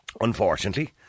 unfortunately